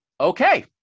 okay